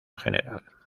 general